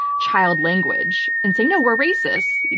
child language and say, no, we're racists.